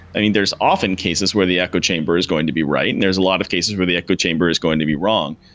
i mean, there're often cases where the echo chamber is going to be right and there's a lot of cases where the echo chamber is going to be wrong.